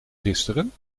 gisteren